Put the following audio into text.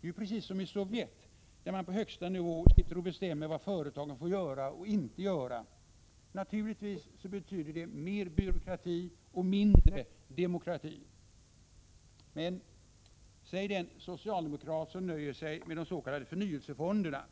Det är ju precis som i Sovjet, där man på högsta nivå sitter och bestämmer vad företagen får göra och inte får göra. Naturligtvis betyder det mer byråkrati och mindre demokrati. Men säg den socialdemokrat som nöjer sig med des.k. förnyelsefonderna!